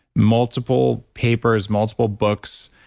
multiple papers, multiple books,